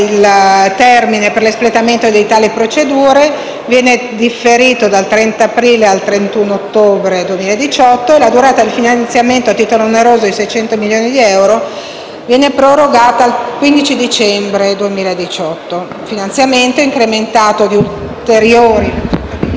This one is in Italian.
il termine per l'espletamento di tali procedure viene differito dal 30 aprile 2018 al 31 ottobre 2018, la durata del finanziamento a titolo oneroso di 600 milioni di euro viene prorogata al 15 dicembre 2018. Il finanziamento viene incrementato di ulteriori